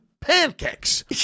pancakes